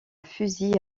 fusille